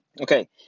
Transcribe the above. Okay